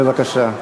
בבקשה.